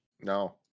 No